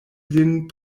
lin